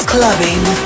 Clubbing